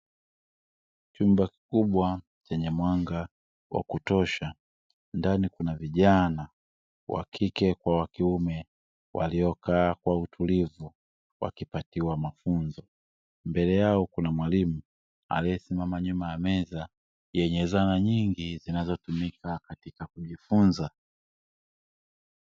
Chumba kikubwa chenye mwanga wakutosha. Ndani kuna vijana wakike kwa wakiume waliokaa kwa utulivu wakipatiwa mafunzo. Mbele yao kuna mwalimu aliyesimama nyuma ya meza yenye zana nyingi zinazotumika katika kujifunza.